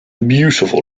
beautiful